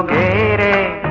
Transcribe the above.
a